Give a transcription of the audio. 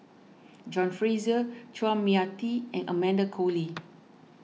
John Fraser Chua Mia Tee and Amanda Koe Lee